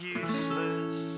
useless